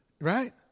Right